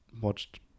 watched